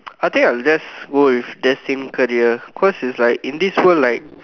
I think I'll just go with destined career cause is like in this world like